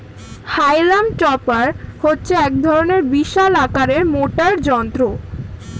হাইলাম টপার হচ্ছে এক রকমের বিশাল আকারের মোটর যন্ত্র